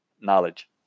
knowledge